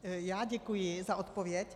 Já děkuji za odpověď.